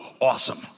awesome